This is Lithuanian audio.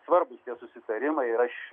svarbūs susitarimai ir aš